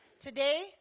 Today